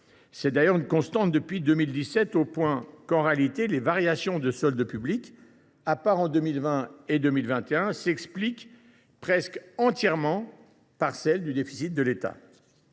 C’est d’ailleurs une constante depuis 2017, au point que, en réalité, les variations du solde public, à part en 2020 et en 2021, s’expliquent presque entièrement par celles du déficit de l’État.